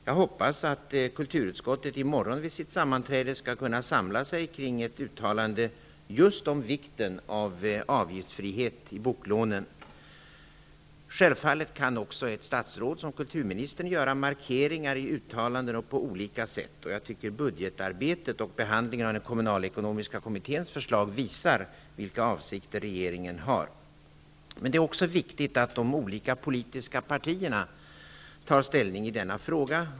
Jag hoppas att kulturutskottet i morgon vid sitt sammanträde skall kunna samla sig kring ett uttalande just om vikten av avgiftsfrihet boklånen. Självfallet kan också ett statsråd, som kulturministern, göra markeringar i uttalanden på olika sätt. Jag tycker att budgetarbetet och behandlingen av den kommunalekonomiska kommitténs förslag visar vilka avsikter regeringen har. Det är också viktigt att de olika politiska partierna tar ställning i denna fråga.